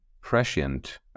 prescient